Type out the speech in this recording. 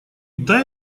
дай